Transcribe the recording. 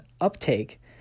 uptake